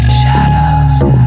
shadows